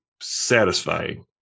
satisfying